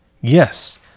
Yes